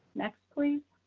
next, please.